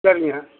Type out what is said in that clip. சரிங்க